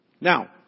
Now